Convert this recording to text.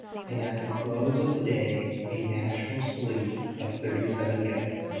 and at the close of the day a national salute of thirty-seven guns.